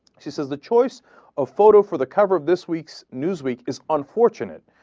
she says the choice of photo for the cover of this week's newsweek is unfortunate